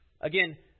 Again